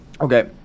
Okay